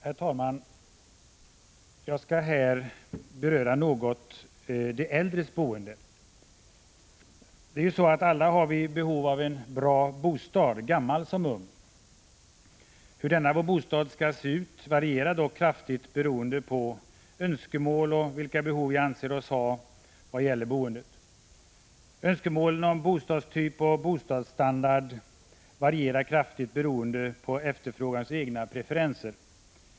Herr talman! Jag skall här något beröra de äldres boende. Alla — gammal som ung — har vi behov av en bra bostad. Hur denna vår bostad skall se ut varierar dock kraftigt beroende på önskemål och på vilka behov vi anser oss ha vad gäller boendet. Önskemålen om bostadstyp och bostadsstandard varierar kraftigt beroende på efterfrågarens egna preferenser.